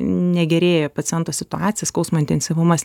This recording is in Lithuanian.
negerėja paciento situacija skausmo intensyvumas